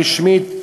הרשמית,